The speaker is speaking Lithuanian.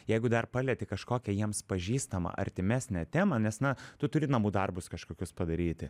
jeigu dar palieti kažkokią jiems pažįstamą artimesnę temą nes na tu turi namų darbus kažkokius padaryti